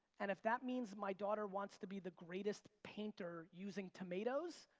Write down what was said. and if that means my daughter wants to be the greatest painter using tomatoes,